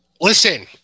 Listen